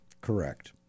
correct